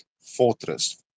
fortress